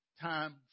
time